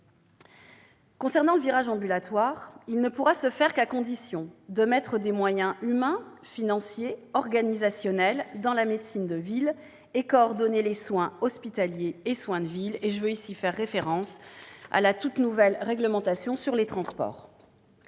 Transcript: S'agissant du virage ambulatoire, il ne pourra se faire qu'à la condition de prévoir des moyens humains, financiers et organisationnels pour la médecine de ville et de coordonner soins hospitaliers et soins de ville. À cet égard, je tiens à faire référence à la toute nouvelle réglementation sur les transports.